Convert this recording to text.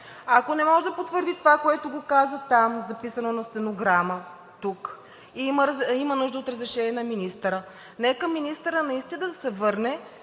ако не може да потвърди това, което го каза там, записано на стенограма тук, има нужда от разрешение на министъра. Нека министърът наистина да се върне